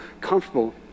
comfortable